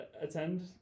attend